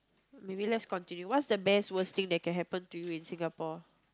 maybe let's continue what's the best worst thing that can happen to you in Singapore